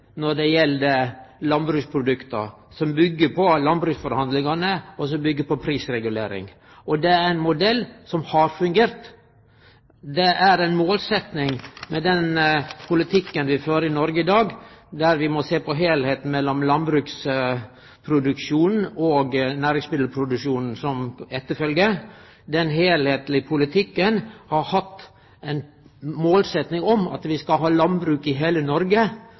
når det gjeld landbruksprodukt, som byggjer på landbruksforhandlingane, og som byggjer på prisregulering. Det er ein modell som har fungert. Det er ei målsetjing med den politikken vi fører i Noreg i dag, å sjå på heilskapen mellom landbruksproduksjonen og næringsmiddelproduksjonen som følgjer etter. Den heilskaplege politikken har hatt som målsetjing at vi skal ha landbruk i heile Noreg,